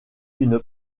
une